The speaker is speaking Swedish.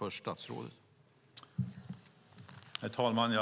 Herr talman!